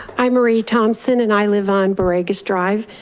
i'm marie thompson, and i live on borregas drive,